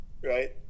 right